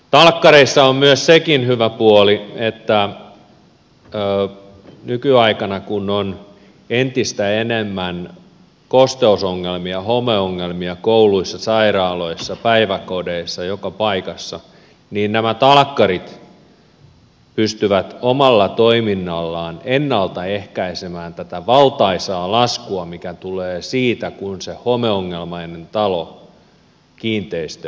talkkareissa on sekin hyvä puoli että nykyaikana kun on entistä enemmän kosteusongelmia homeongelmia kouluissa sairaaloissa päiväkodeissa joka paikassa niin nämä talkkarit pystyvät omalla toiminnallaan ennalta ehkäisemään tätä valtaisaa laskua mikä tulee siitä kun se homeongelmainen talo kiinteistö korjataan